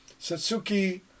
Satsuki